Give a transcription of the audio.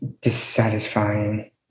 dissatisfying